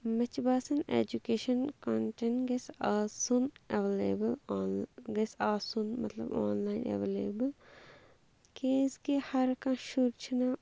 مےٚ چھُ باسان اٮ۪جوکیٚشَن کَنٹنٹ گَژھِ آسُن ایولیبل گَژھِ آسُن مطلب آنلاین ایولیبل کیٛاز کہِ ہر کانٛہہ شُرۍ چھُنہٕ